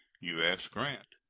u s. grant.